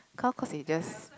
come cause they just